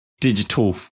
digital